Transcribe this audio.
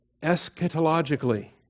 eschatologically